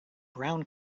brown